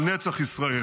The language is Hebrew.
על נצח ישראל.